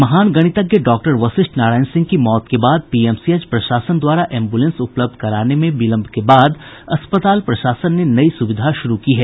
महान गणितज्ञ डॉक्टर वशिष्ठ नारायण सिंह की मौत के बाद पीएमसीएच प्रशासन द्वारा एम्बुलेंस उपलब्ध कराने में विलंब के बाद अस्पताल प्रशासन ने नई सुविधा शुरू की है